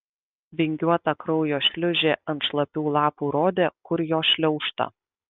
vingiuota kraujo šliūžė ant šlapių lapų rodė kur jo šliaužta